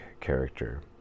character